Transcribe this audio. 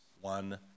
one